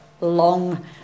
long